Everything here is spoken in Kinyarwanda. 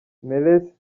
meles